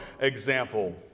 example